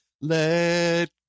let